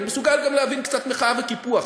אני מסוגל גם להבין קצת מחאה וקיפוח,